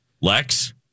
Lex